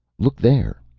look there!